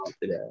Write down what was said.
today